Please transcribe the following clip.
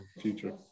future